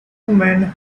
men